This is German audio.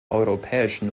europäischen